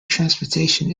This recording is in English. transportation